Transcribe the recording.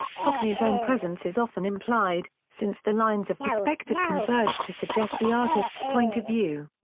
hockney's own presence is often implied, since the lines of perspective converge to suggest the artist's point of view.